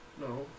No